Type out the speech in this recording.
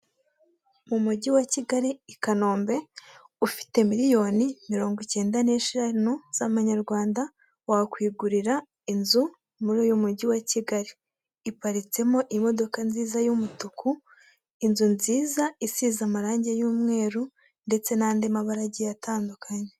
Mu mujyi wa Kigali i kanombe ufite miriyoni mirongo icyenda n'eshanu z'amanyarwanda wakwigurira inzu muri uyu mujyi wa Kigali, iparitsemo imodoka nziza y'umutuku, inzu nziza isize amarangi y'umweru ndetse n'andi mabarage atandukanye.